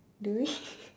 do we